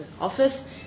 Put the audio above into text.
office